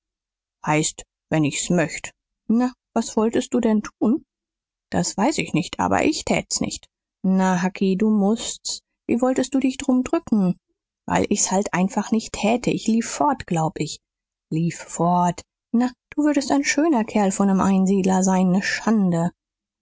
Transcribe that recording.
heißt wenn ich's möcht na was wolltest du denn tun das weiß ich nicht aber ich tät's nicht na hucky du mußt's wie wolltest du dich drum drücken weil ich's halt einfach nicht täte ich lief fort glaub ich lief fort na du würdest ein schöner kerl von nem einsiedler sein ne schande